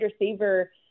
receiver